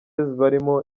barimo